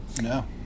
no